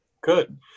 Good